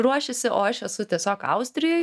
ruošiasi o aš esu tiesiog austrijoj